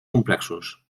complexos